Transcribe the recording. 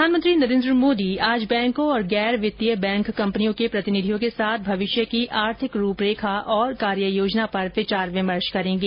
प्रधानमंत्री नरेंद्र मोदी आज बैंकों और गैर वित्तीय बैंक कंपनियों के प्रतिनिधियों के साथ भविष्य की आर्थिक रूपरेखा और कार्य योजना पर विचार विमर्श करेंगे